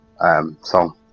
song